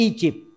Egypt